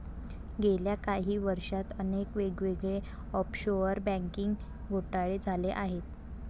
गेल्या काही वर्षांत अनेक वेगवेगळे ऑफशोअर बँकिंग घोटाळे झाले आहेत